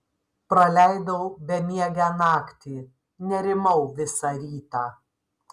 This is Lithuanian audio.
praleidau bemiegę naktį nerimau visą rytą